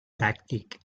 pràctic